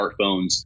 smartphones